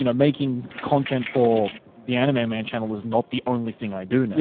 you know making content for the anime main channel is not the only thing i do now.